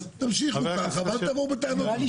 אז תמשיכו ככה ואל תבואו בטענות --- נראה לי